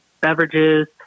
beverages